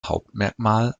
hauptmerkmal